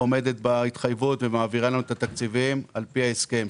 עומדת בהתחייבות ומעבירה לנו את התקציבים על-פי ההסכם.